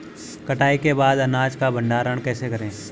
कटाई के बाद अनाज का भंडारण कैसे करें?